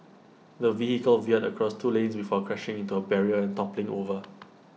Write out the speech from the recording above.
the vehicle veered across two lanes before crashing into A barrier and toppling over